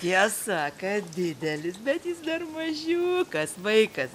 tiesa kad didelis bet jis dar mažiukas vaikas